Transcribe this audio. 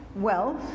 wealth